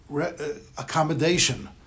accommodation